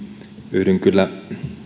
yhdyn kyllä